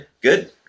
Good